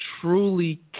truly